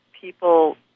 people